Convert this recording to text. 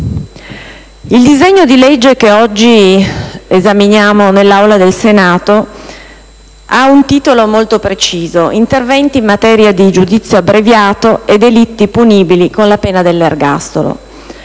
il disegno di legge che oggi esaminiamo nell'Aula del Senato ha un titolo molto preciso: «Interventi in materia di giudizio abbreviato e di delitti punibili con la pena dell'ergastolo».